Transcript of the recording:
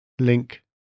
link